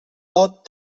lot